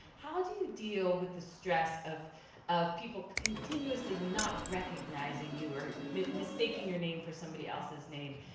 how do you deal with the stress of of people continuously not recognizing you or mistaking your name for somebody else's name?